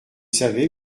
savez